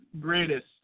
greatest